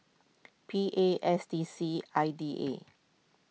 P A S D C I D A